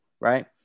right